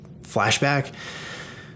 flashback